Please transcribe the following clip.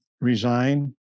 resign